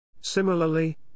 Similarly